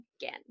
again